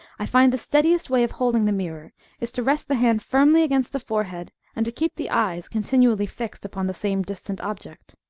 i find the steadiest way of holding the mirror is to rest the hand firmly against the forehead, and to keep the eyes continually fixed upon the same distant object.